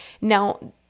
Now